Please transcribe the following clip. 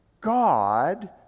God